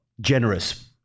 generous